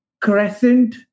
Crescent